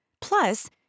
Plus